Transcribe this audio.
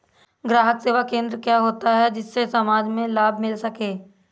ग्राहक सेवा केंद्र क्या होता है जिससे समाज में लाभ मिल सके?